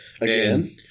Again